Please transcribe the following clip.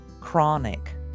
chronic